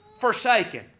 forsaken